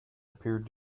appeared